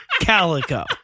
Calico